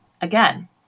again